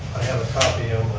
i have a copy